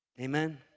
Amen